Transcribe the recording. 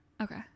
okay